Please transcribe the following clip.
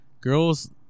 Girls